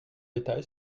détail